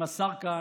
השר כהנא.